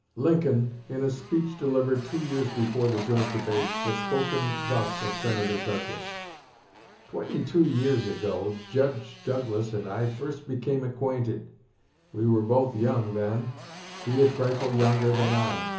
lincoln, in a speech delivered two years before the joint debate, had spoken thus of senator douglas twenty-two years ago, judge douglas and i first became acquainted we were both young then he a trifle younger than i.